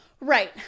right